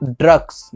drugs